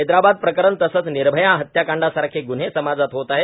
हैद्राबाद प्रकरण तसेच निर्भया हत्याकांडांसारखे गुन्हे समाजात होत आहेत